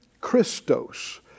Christos